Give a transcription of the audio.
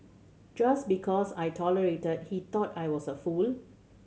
just because I tolerated he thought I was a fool